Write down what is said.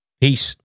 peace